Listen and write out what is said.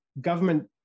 government